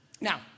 Now